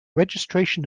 registration